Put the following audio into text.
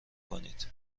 کنید